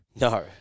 No